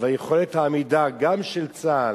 ויכולת העמידה, גם של צה"ל,